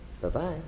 Bye-bye